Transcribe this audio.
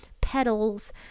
petals